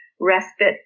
respite